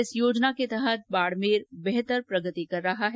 इस योजना के तहत बाड़मेर बेहतर प्रगति कर रहा है